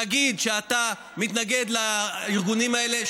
תגיד שאתה מתנגד לארגונים האלה,